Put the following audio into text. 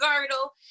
girdle